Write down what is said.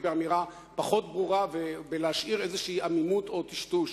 באמירה פחות ברורה ולהשאיר עמימות או טשטוש.